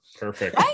perfect